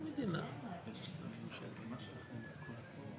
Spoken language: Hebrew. שלחנו את זה ביום חמישי לייעוץ המשפטי.